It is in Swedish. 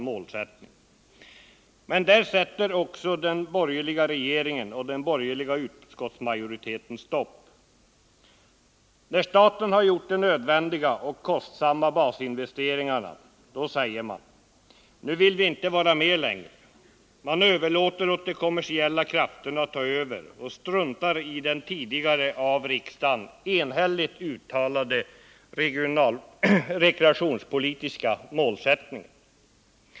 Men där sätter också den borgerliga regeringen och den borgerliga utskottsmajoriteten stopp. När staten har gjort de nödvändiga och kostsamma basinvesteringarna, då säger man: Nu vill vi inte vara med längre. Man överlåter åt de kommersiella krafterna att ta över och struntar i den tidigare enhälligt uttalade rekreationspolitiska målsättningen.